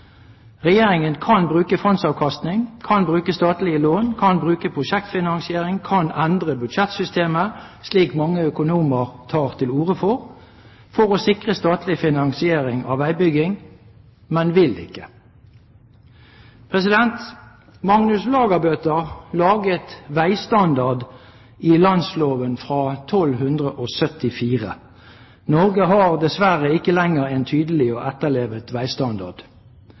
Regjeringen kan bruke fondsavkastning, kan bruke statlige lån, kan bruke prosjektfinansiering, kan endre budsjettsystemet, slik mange økonomer tar til orde for, for å sikre statlig finansiering av veibygging, men vil ikke. Magnus Lagabøte laget veistandard i Landsloven fra 1274. Norge har dessverre ikke lenger en tydelig og etterlevd veistandard.